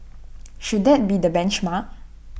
should that be the benchmark